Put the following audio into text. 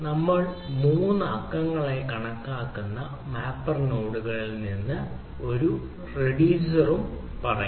നമ്മൾ 3 അക്കങ്ങളായി കണക്കാക്കുന്ന മാപ്പർ നോഡുകളും ഒരു റിഡ്യൂസർ 1 നമ്പറും പറയുന്നു